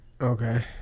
Okay